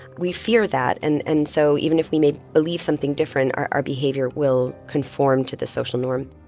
we fear that. and and so even if we may believe something different, our our behavior will conform to the social norm